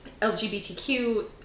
LGBTQ